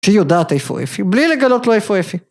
שהיא יודעת איפה אפי, בלי לגלות לו איפה אפי